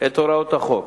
את הוראות החוק.